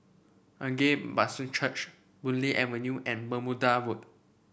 Agape Baptist Church Boon Lay Avenue and Bermuda Road